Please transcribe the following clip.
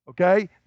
Okay